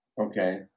okay